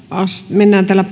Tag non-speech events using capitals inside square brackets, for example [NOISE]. mennään tällä [UNINTELLIGIBLE]